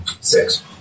Six